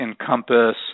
encompass